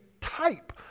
type